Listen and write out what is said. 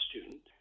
student